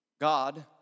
God